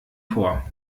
vor